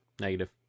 Negative